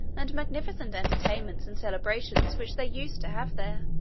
and magnificent entertainments and celebrations which they used to have there.